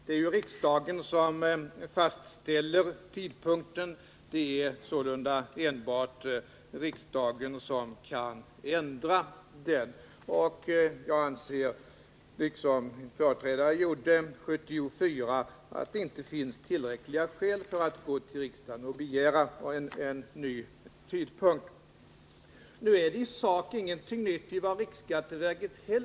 Det är ju riksdagen som fastställer tidpunkten, och det är sålunda enbart riksdagen som kan ändra den. Jag anser, liksom min företrädare gjorde år 1974, att det inte finns tillräckliga skäl för att vända sig till riksdagen med begäran om en ny tidpunkt. Nu är det i sak inte heller någonting nytt i vad riksskatteverket säger.